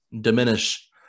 diminish